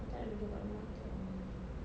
tak nak duduk dekat rumah itu